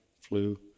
flu